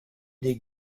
des